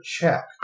check